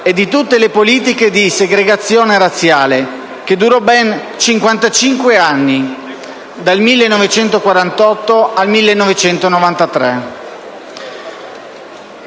e di tutte le politiche di segregazione razziale che sono durate ben 55 anni, dal 1948 al 1993.